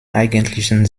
eigentlichen